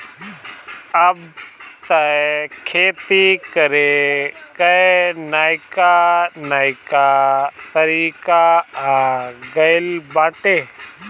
अब तअ खेती करे कअ नईका नईका तरीका आ गइल बाटे